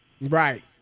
Right